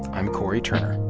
i'm cory turner